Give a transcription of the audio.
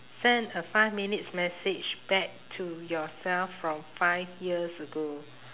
send a five minutes message back to yourself from five years ago